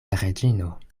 reĝino